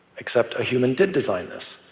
except a human did design this,